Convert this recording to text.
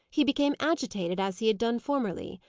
he became agitated, as he had done formerly.